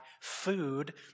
food